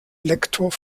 lektor